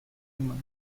human